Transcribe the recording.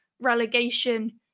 relegation